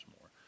more